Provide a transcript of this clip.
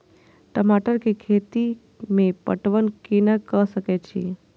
टमाटर कै खैती में पटवन कैना क सके छी?